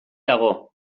dago